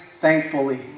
thankfully